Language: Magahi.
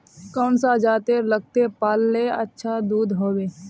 कौन सा जतेर लगते पाल्ले अच्छा दूध होवे?